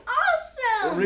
awesome